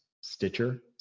Stitcher